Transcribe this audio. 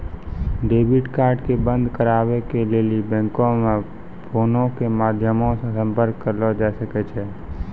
debit card के बंद कराबै के लेली बैंको मे फोनो के माध्यमो से संपर्क करलो जाय सकै छै